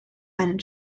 einen